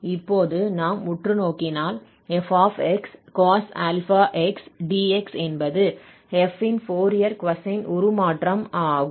இப்போது நாம் உற்று நோக்கினால் f cos αx dx என்பது f இன் ஃபோரியர் கொசைன் உருமாற்றம் ஆகும்